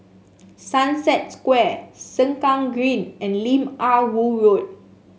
Sunset Square Sengkang Green and Lim Ah Woo Road